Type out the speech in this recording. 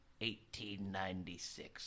1896